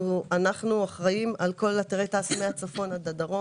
אנחנו אחראים על כל אתרי תע"ש מהצפון לדרום.